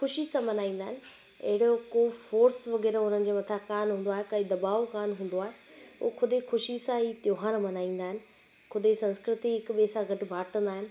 ख़ुशी सां मनाईंदा आहिनि अहिड़ो कोई फोर्स वग़ैरह हुननि जे मथां कान हूंदो आहे कोई दबाव कान हूंदो आहे उहो ख़ुदि ई ख़ुशी सां इहे त्योहार मनाईंदा आहिनि ख़ुदि ई संस्कृति हिक ॿिए सां गॾु बाटंदा आहिनि